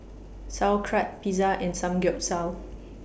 Sauerkraut Pizza and Samgeyopsal